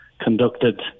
conducted